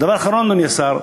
דבר אחרון, אדוני השר.